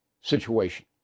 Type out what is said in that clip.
situation